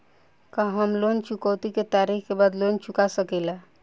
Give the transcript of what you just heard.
का हम लोन चुकौती के तारीख के बाद लोन चूका सकेला?